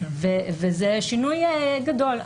וזה שינוי גדול.